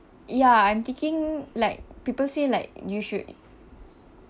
ya I'm thinking like people say like you should